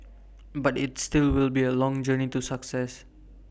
but its still will be A long journey to success